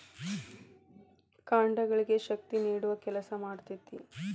ಕಾಂಡಗಳಿಗೆ ಶಕ್ತಿ ನೇಡುವ ಕೆಲಸಾ ಮಾಡ್ತತಿ